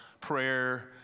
prayer